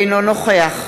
אינו נוכח